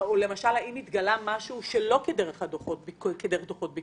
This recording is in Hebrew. אם התגלה משהו שלא כדרך דוחות הביקורת,